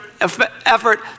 effort